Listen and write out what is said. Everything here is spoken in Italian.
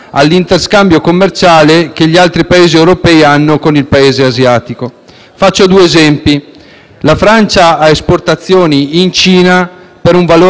la Francia ha esportazioni in Cina per un valore di 20 miliardi l'anno, la Germania esporta beni e prodotti per ben 87 miliardi annui.